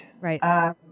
Right